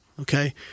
Okay